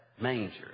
manger